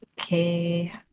Okay